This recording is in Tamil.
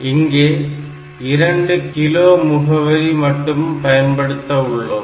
இங்கே 2 கிலோ முகவரி மட்டுமே பயன்படுத்த உள்ளோம்